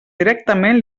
directament